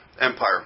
Empire